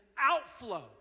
outflow